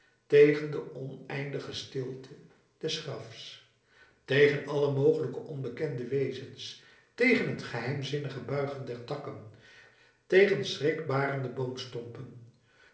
tegen de oneindige stilte des grafs tegen alle mogelijke onbekende wezens tegen het geheimzinnig buigen der takken tegen schrikbarende